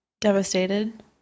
devastated